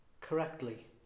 correctly